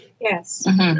yes